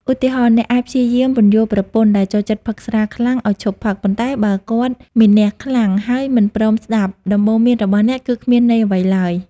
ឧទាហរណ៍៖ អ្នកអាចព្យាយាមពន្យល់ប្រពន្ធដែលចូលចិត្តផឹកស្រាខ្លាំងឱ្យឈប់ផឹក ប៉ុន្តែបើគាត់មានះខ្លាំង ហើយមិនព្រមស្ដាប់ ដំបូន្មានរបស់អ្នកគឺគ្មានន័យអ្វីឡើយ។